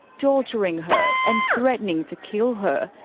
torturing her and threatening to kill her.